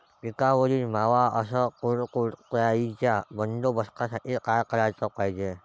पिकावरील मावा अस तुडतुड्याइच्या बंदोबस्तासाठी का कराच पायजे?